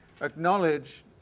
acknowledge